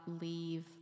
leave